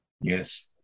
Yes